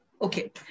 Okay